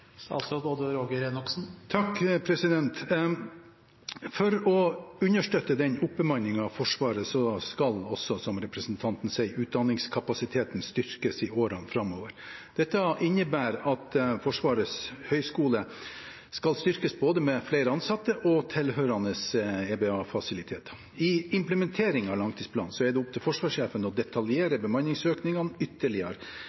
For å understøtte oppbemanningen av Forsvaret skal også, som representanten sa, utdanningskapasiteten styrkes i årene framover. Dette innebærer at Forsvarets høgskole skal styrkes med både flere ansatte og tilhørende EBA-fasiliteter. I implementeringen av langtidsplanen er det opp til forsvarssjefen å